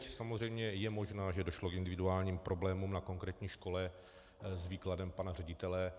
Samozřejmě je možné, že došlo k individuálním problémům na konkrétní škole s výkladem pana ředitele.